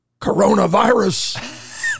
Coronavirus